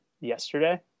yesterday